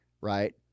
right